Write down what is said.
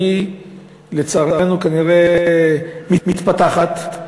שלצערנו היא כנראה מתפתחת.